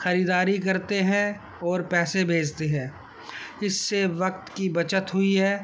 خریداری کرتے ہیں اور پیسے بھیجتے ہیں اس سے وقت کی بچت ہوئی ہے